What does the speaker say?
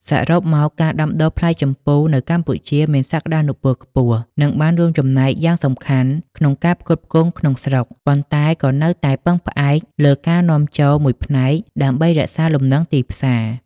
សរុបមក ការដាំដុះផ្លែជម្ពូនៅកម្ពុជាមានសក្តានុពលខ្ពស់ និងបានរួមចំណែកយ៉ាងសំខាន់ក្នុងការផ្គត់ផ្គង់ក្នុងស្រុក ប៉ុន្តែក៏នៅតែពឹងផ្អែកលើការនាំចូលមួយផ្នែកដើម្បីរក្សាលំនឹងទីផ្សារ។